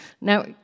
Now